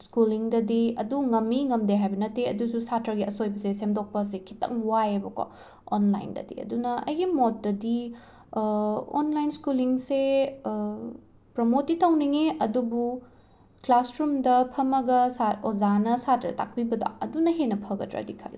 ꯁ꯭ꯀꯨꯂꯤꯡꯗꯗꯤ ꯑꯗꯨ ꯉꯝꯃꯤ ꯉꯝꯗꯦ ꯍꯥꯏꯕ ꯅꯠꯇꯦ ꯑꯗꯨꯁꯨ ꯁꯥꯇ꯭ꯔꯒꯤ ꯑꯁꯣꯏꯕꯁꯦ ꯁꯦꯝꯗꯣꯛꯄꯁꯦ ꯈꯤꯇꯪ ꯋꯥꯏꯌꯦꯕꯀꯣ ꯑꯣꯟꯂꯥꯏꯟꯗꯗꯤ ꯑꯗꯨꯅ ꯑꯩꯒꯤ ꯃꯣꯠꯇꯗꯤ ꯑꯣꯟꯂꯥꯏꯟ ꯁ꯭ꯀꯨꯂꯤꯡꯁꯦ ꯄ꯭ꯔꯃꯣꯠꯇꯤ ꯇꯧꯅꯤꯡꯏ ꯑꯗꯨꯕꯨ ꯀ꯭ꯂꯥꯁꯔꯨꯝꯗ ꯐꯝꯃꯒ ꯁꯥ ꯑꯣꯖꯥꯅ ꯁꯥꯇ꯭ꯔ ꯇꯥꯛꯄꯤꯄꯗꯣ ꯑꯗꯨꯅ ꯍꯦꯟꯅ ꯐꯒꯗ꯭ꯔꯗꯤ ꯈꯜꯂꯦ